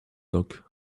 look